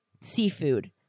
seafood